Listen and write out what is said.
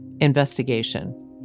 investigation